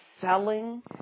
selling